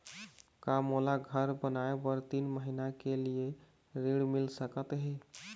का मोला घर बनाए बर तीन महीना के लिए ऋण मिल सकत हे?